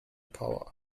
power